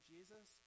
Jesus